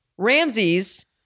Ramsey's